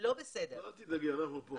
זה לא בסדר אל תדאגי, אנחנו כאן.